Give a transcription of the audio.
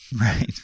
Right